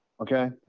Okay